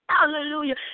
hallelujah